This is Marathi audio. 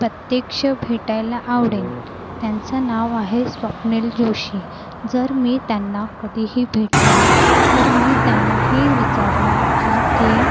प्रत्यक्ष भेटायला आवडेल त्यांचं नाव आहे स्वप्नील जोशी जर मी त्यांना कधीही भेटली तर मी त्यांना हे विचारणार की ते